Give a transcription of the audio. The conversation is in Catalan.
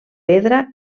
pedra